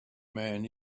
man